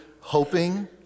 hoping